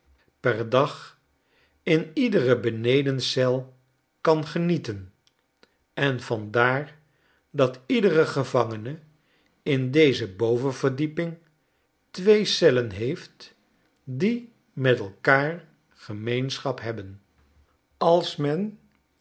per dag in iedere benedencel kan genieten en vandaar dat iedere gevangene in deze bovenverdieping twee cellen heeft die met elkaar gemeenschap hebben als men